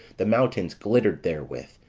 the mountains glittered therewith,